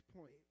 point